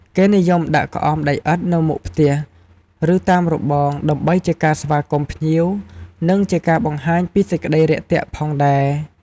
គេនិយមដាក់ក្អមដីឥដ្ឋនៅមុខផ្ទះ ឬតាមរបង ដើម្បីជាការស្វាគមន៍ភ្ញៀវ និងជាការបង្ហាញពីសេចក្តីរាក់ទាក់ផងដែរ។